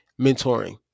mentoring